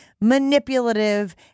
manipulative